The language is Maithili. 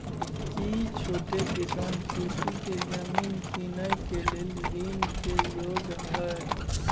की छोट किसान खेती के जमीन कीनय के लेल ऋण के योग्य हय?